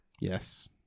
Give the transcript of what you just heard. Yes